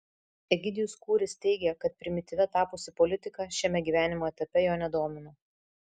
egidijus kūris teigia kad primityvia tapusi politika šiame gyvenimo etape jo nedomina